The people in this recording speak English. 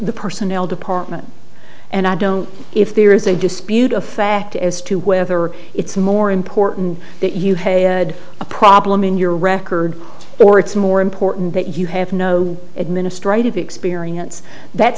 the personnel department and i don't if there is a dispute effect as to whether it's more important that you hey ed a problem in your record or it's more important that you have no administrative experience that